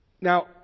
Now